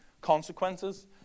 consequences